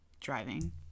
driving